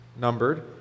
numbered